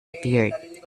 appeared